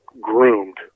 groomed